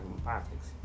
Politics